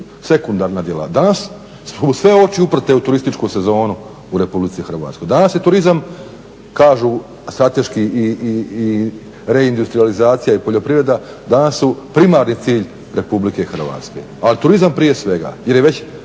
sekundarna djelatnost. Danas su sve oči uprte u turističku sezonu u RH, danas je turizam, kažu strateški, i reindustrijalizacija i poljoprivreda danas su primarni cilj RH. Ali turizam prije svega, već